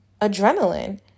adrenaline